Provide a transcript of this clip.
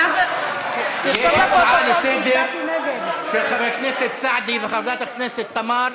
יש הצעה לסדר-היום של חבר הכנסת סעדי וחברת הכנסת תמר,